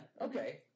Okay